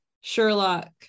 Sherlock